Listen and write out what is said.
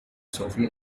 sophie